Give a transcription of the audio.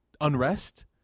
Unrest